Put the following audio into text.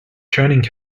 joining